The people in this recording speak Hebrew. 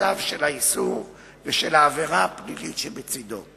בגבולותיו של האיסור ושל העבירה הפלילית שבצדו.